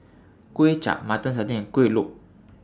Kway Chap Mutton Satay and Kuih Lopes